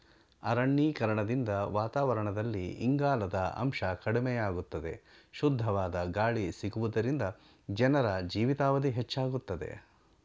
ಅರಣ್ಯೀಕರಣದಿಂದ ವಾತಾವರಣದಲ್ಲಿ ಇಂಗಾಲದ ಅಂಶ ಕಡಿಮೆಯಾಗುತ್ತದೆ, ಶುದ್ಧವಾದ ಗಾಳಿ ಸಿಗುವುದರಿಂದ ಜನರ ಜೀವಿತಾವಧಿ ಹೆಚ್ಚಾಗುತ್ತದೆ